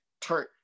turn